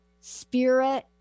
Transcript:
spirit